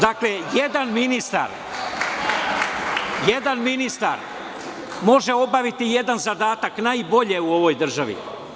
Dakle, jedan ministar može obaviti jedan zadatak najbolje u ovoj državi.